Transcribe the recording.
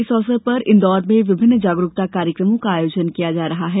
इस अवसर पर इंदौर में विभिन्न जागरुकता कार्यक्रमों का आयोजन किया जा रहा है